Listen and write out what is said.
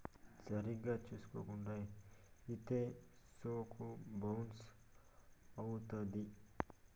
సరిగ్గా చూసుకోకుండా ఇత్తే సెక్కు బౌన్స్ అవుత్తది